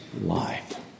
life